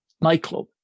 nightclub